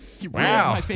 Wow